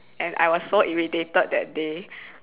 and I was so irritated that day